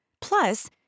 Plus